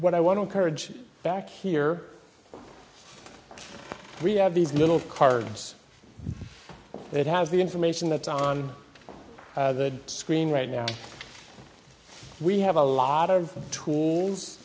what i want to encourage back here we have these little cards that has the information that's on the screen right now we have a lot of tools